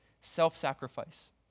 self-sacrifice